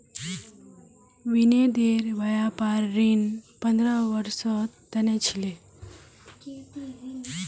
विनोदेर व्यापार ऋण पंद्रह वर्षेर त न छिले